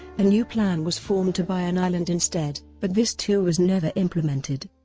a new plan was formed to buy an island instead, but this too was never implemented,